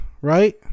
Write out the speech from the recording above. right